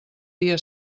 dia